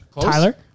Tyler